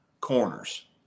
Corners